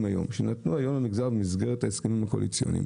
שנתנו למגזר במסגרת ההסכמים הקואליציוניים.